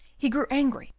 he grew angry,